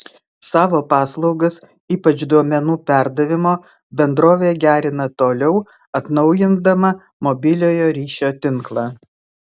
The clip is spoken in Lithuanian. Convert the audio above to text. savo paslaugas ypač duomenų perdavimo bendrovė gerina toliau atnaujindama mobiliojo ryšio tinklą